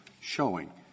showing